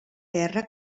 guerra